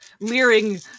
leering